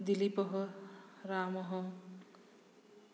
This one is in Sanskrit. दिलीपः रामः